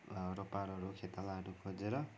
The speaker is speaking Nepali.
रोपारहरू खेतालाहरू खोजेर